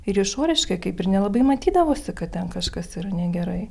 ir išoriškai kaip ir nelabai matydavosi kad ten kažkas yra negerai